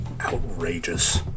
Outrageous